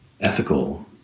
ethical